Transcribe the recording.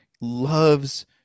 loves